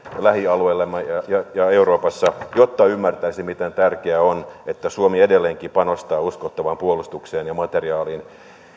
lähialueillamme ja euroopassa jotta ymmärtäisi miten tärkeää on että suomi edelleenkin panostaa uskottavaan puolustukseen ja materiaaliin